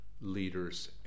leaders